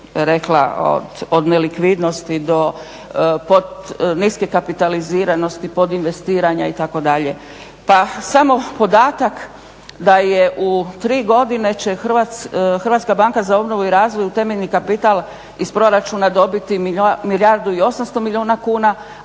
od nelikvidnosti do pod niske kapitalitiziranosti, pod investiranja itd. pa samo podatak da je u tri godine će Hrvatska banka za obnovu i razvoj u temeljni kapital iz proračuna dobiti milijardu i 800 milijuna kuna